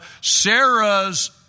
Sarah's